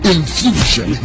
Infusion